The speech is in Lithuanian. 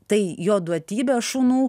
tai jo duotybė šunų